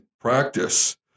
practice